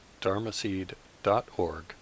dharmaseed.org